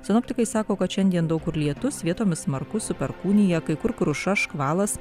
sinoptikai sako kad šiandien daug kur lietus vietomis smarkus su perkūnija kai kur kruša škvalas